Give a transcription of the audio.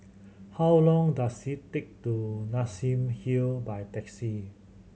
how long does it take to get to Nassim Hill by taxi